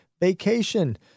vacation